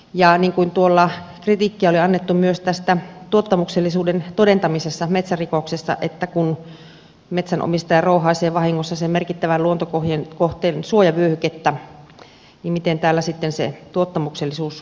ja niin kuin tuolla kritiikkiä oli annettu myös tuottamuksellisuuden todentamisesta metsärikoksessa että kun metsänomistaja rouhaisee vahingossa sen merkittävän luontokohteen suojavyöhykettä niin miten täällä sitten se tuottamuksellisuus todetaan